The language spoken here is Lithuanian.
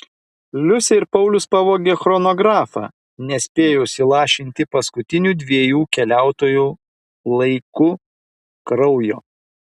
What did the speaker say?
liusė ir paulius pavogė chronografą nespėjus įlašinti paskutinių dviejų keliautojų laiku kraujo